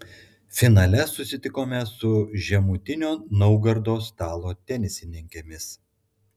finale susitikome su žemutinio naugardo stalo tenisininkėmis